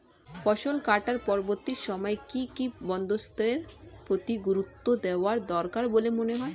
ফসল কাটার পরবর্তী সময়ে কি কি বন্দোবস্তের প্রতি গুরুত্ব দেওয়া দরকার বলে মনে হয়?